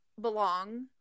belong